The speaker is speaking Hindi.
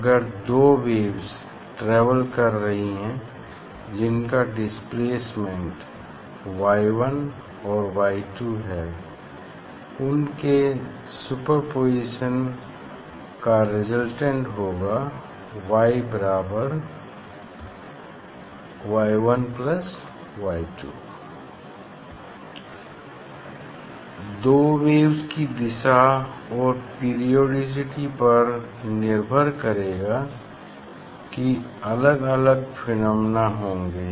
अगर दो वेव्स ट्रेवल कर रही हैं जिनका डिस्प्लेसमेंट Y1 और Y2 है उनके सुपरपोज़िशन का रेसल्टेंट होगा Y बराबर Y1 प्लस Y2 दो वेव्स की दिशा और पेरिओडीसीटी पर निर्भर करेगा कि अलग अलग फिनामिना होंगे